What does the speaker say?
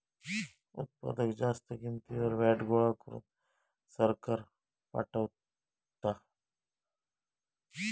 उत्पादक जास्त किंमतीवर व्हॅट गोळा करून सरकाराक पाठवता